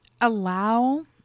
allow